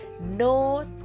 No